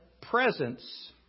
presence